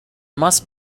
must